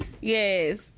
Yes